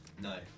No